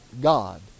God